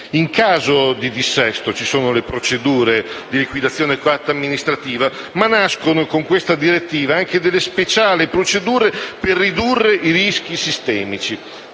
In caso di dissesto ci sono le procedure di liquidazione coatta amministrativa, ma nascono con questa direttiva anche delle speciali procedure per ridurre i rischi sistemici,